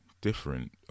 different